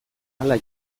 hala